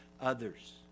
others